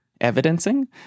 Evidencing